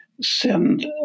send